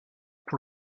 pour